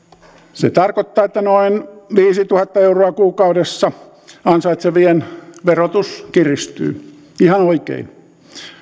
se tarkoittaa että noin viisituhatta euroa kuukaudessa ansaitsevien verotus kiristyy ihan oikein